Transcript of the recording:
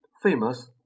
Famous